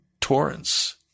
torrents